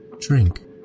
Drink